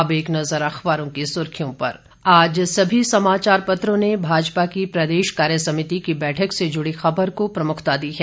अब एक नज़र अखबारों की सुर्खियों पर आज सभी समाचार पत्रों ने भाजपा की प्रदेश कार्य समिति की बैठक से जुड़ी खबर को प्रमुखता दी है